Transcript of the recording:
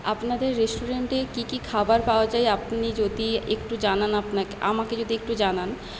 আপনাদের রেস্টুরেন্টে কী কী খাবার পাওয়া যায় আপনি যদি একটু জানান আপনাকে আমাকে যদি একটু জানান